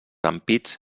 ampits